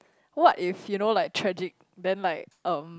what if you know like tragic then like um